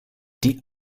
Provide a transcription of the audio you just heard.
die